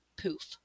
poof